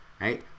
right